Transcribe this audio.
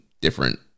different